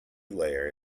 layer